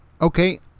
Okay